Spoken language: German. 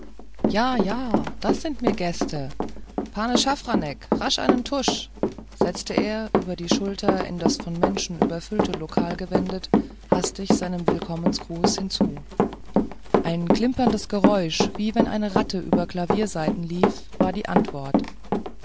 jä jä das sin mir gästäh pane schaffranek rasch einen tusch setzte er über die schulter in das von menschen überfüllte lokal gewendet hastig seinem willkommensgruß hinzu ein klimperndes geräusch wie wenn eine ratte über klaviersaiten liefe war die antwort